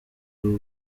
you